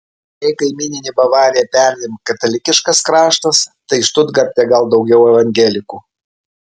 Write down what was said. jei kaimyninė bavarija perdėm katalikiškas kraštas tai štutgarte gal daugiau evangelikų